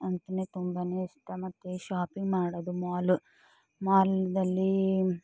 ಅಂತನೇ ತುಂಬನೇ ಇಷ್ಟ ಮತ್ತೆ ಶಾಪಿಂಗ್ ಮಾಡೋದು ಮಾಲು ಮಾಲ್ನಲ್ಲಿ